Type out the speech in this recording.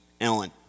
Ellen